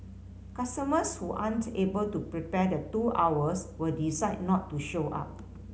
customers who aren't able to prepare the two hours would decide not to show up